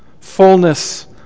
Fullness